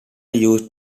used